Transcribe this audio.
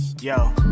Yo